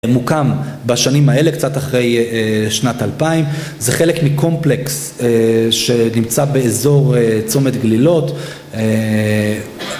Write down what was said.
מוקם בשנים האלה קצת אחרי שנת אלפיים, זה חלק מקומפלקס שנמצא באזור צומת גלילות